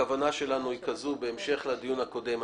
הכוונה שלנו היא זו בהמשך לדיון הקודם,